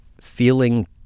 feeling